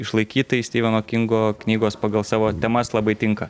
išlaikyt tai stiveno kingo knygos pagal savo temas labai tinka